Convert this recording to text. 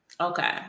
Okay